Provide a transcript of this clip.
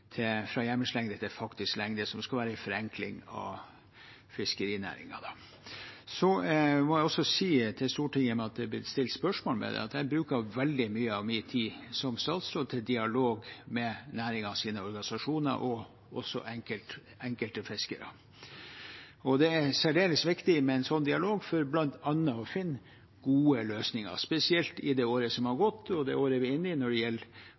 fra hjemmelslengde til faktisk lengde, noe som skal være en forenkling av fiskerinæringen. Jeg må også si til Stortinget, i og med at det er blitt stilt spørsmål ved det, at jeg bruker veldig mye av min tid som statsråd til dialog med næringens organisasjoner og også med enkelte fiskere. Det er særdeles viktig med en sånn dialog for bl.a. å finne gode løsninger. Spesielt i det året som er gått, og i det året vi er inne i, når det